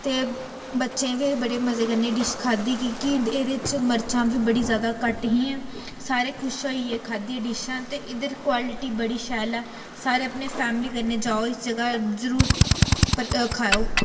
ते बच्चें बी बड़े मजे कन्नै डिश खाद्धी कि के एह्दे च मरचां बी बड़ी ज्यादा घट्ट हियां सारे खुश होई गे खाद्धी डिशां ते इद्धर क्वालटी बड़ी शैल ऐ सारें अपनी फैमली कन्नै जाओ इस जगह् जरूर पर खाओ